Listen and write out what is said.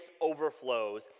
overflows